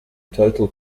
total